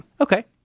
Okay